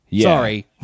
Sorry